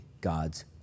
God's